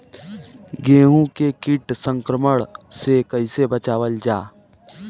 गेहूँ के कीट संक्रमण से कइसे बचावल जा?